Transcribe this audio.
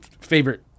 favorite